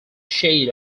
shade